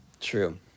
true